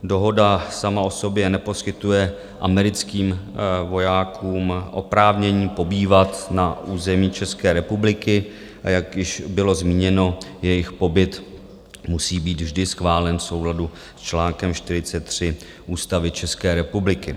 Dohoda sama o sobě neposkytuje americkým vojákům oprávnění pobývat na území České republiky, a jak již bylo zmíněno, jejich pobyt musí být vždy schválen v souladu s článkem 43 Ústavy České republiky.